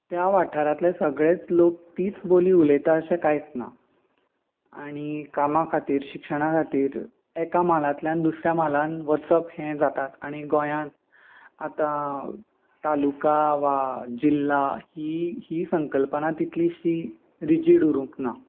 त्या वाठारांतले सगळेच लोक तीच बोली उलयता अशें कांयच ना आनी कामा खातीर शिक्षणा खातीर एका म्हालांतल्यान दुसऱ्या म्हालांत वचप हें जातात आनी गोंयांत आतां तालुका वा जिल्ला ही ही संकल्पना तितलिशीं रिजीड उरूंक ना